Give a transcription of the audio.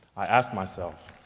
i asked myself,